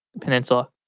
peninsula